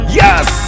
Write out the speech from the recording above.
yes